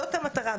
זאת המטרה.